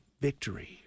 victory